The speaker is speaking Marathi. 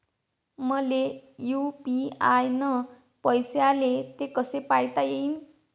मले यू.पी.आय न पैसे आले, ते कसे पायता येईन?